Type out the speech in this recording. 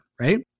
Right